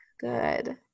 Good